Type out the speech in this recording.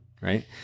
right